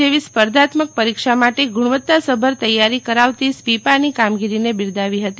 જેવી સ્પર્ધાત્મક પરીક્ષા માટે ગુણાવત્તાસભર તૈયારી કરાવતી સ્પીપાની કામગીરીને બિરદાવી હતી